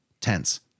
tense